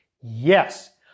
Yes